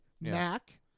Mac